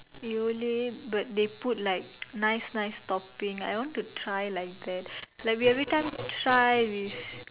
Yole but they put like nice nice topping I want to try like that like we every time try with